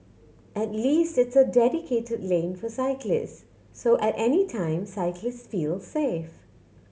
at least it's a dedicated lane for cyclists so at any time cyclists feel safe